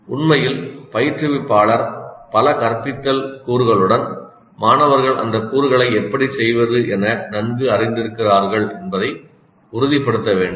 உண்மையில் பயிற்றுவிப்பாளர் பல கற்பித்தல் கூறுகளுடன் மாணவர்கள் அந்த கூறுகளை எப்படி செய்வது என நன்கு அறிந்திருக்கிறார்கள் என்பதை உறுதிப்படுத்த வேண்டும்